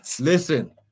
Listen